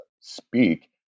speak